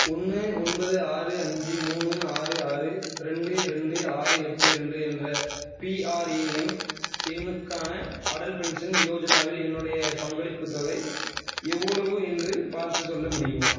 ஒன்று ஒன்பது ஆறு அஞ்சு மூணு ஆறு ஆறு ரெண்டு ரெண்டு ஆறு எட்டு ரெண்டு என்ற பிஆர்ஏஎன் எண்ணுக்கான அடல் பென்ஷன் யோஜனாவில் என்னுடைய பங்களிப்புத் தொகை எவ்வளவு என்று பார்த்துச் சொல்ல முடியுமா